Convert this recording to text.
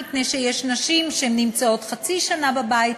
מפני שיש נשים שנמצאות חצי שנה בבית,